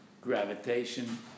Gravitation